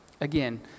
Again